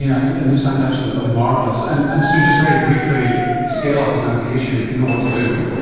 yeah and and it sounds absolutely marvellous. and and sue, just very briefly, scale-up is now the issue. if you know what to do,